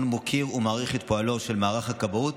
מוקיר ומעריך את פועלו של מערך הכבאות